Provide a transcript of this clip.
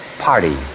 party